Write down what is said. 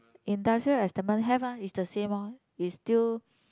industrial have ah is the same orh is still